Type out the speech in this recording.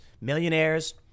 millionaires